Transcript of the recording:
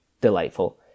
delightful